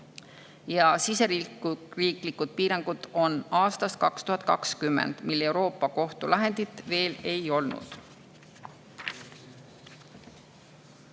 ja siseriiklikud piirangud on aastast 2020, mil Euroopa Kohtu lahendit veel ei olnud.